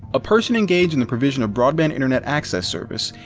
a person engaged in the provision of broadband internet access service,